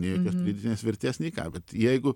nei pridėtinės vertės nei ką bet jeigu